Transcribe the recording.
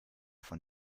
von